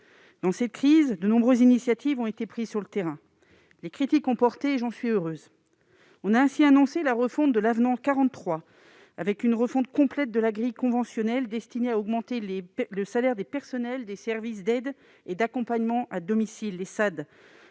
Dans cette crise, de nombreuses initiatives ont été prises sur le terrain. Les critiques ont porté, et j'en suis heureuse. On a ainsi annoncé la refonte de l'avenant 43, avec une refonte complète de la grille conventionnelle destinée à augmenter le salaire des personnels des services d'aide et d'accompagnement à domicile (SAAD)